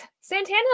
Santana